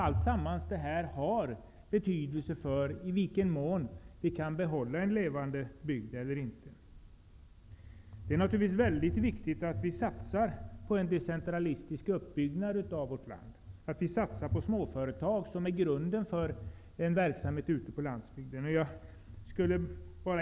Allt detta har betydelse för i vilken mån vi kan behålla en levande landsbygd. Det är naturligtvis väldigt viktigt att satsa på en decentralistisk uppbyggnad av vårt land, att vi satsar på småföretag, som utgör grunden för en verksamhet på landsbygden.